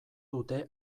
dute